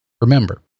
Remember